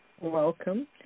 Welcome